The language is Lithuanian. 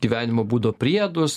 gyvenimo būdo priedus